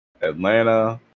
atlanta